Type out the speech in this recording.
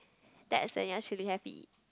that's a naturally happy